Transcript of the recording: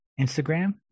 instagram